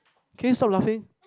can you stop laughing